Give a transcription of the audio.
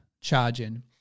charging